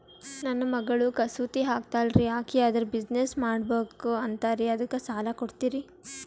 ನನ್ನ ಮಗಳು ಕಸೂತಿ ಹಾಕ್ತಾಲ್ರಿ, ಅಕಿ ಅದರ ಬಿಸಿನೆಸ್ ಮಾಡಬಕು ಅಂತರಿ ಅದಕ್ಕ ಸಾಲ ಕೊಡ್ತೀರ್ರಿ?